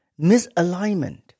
misalignment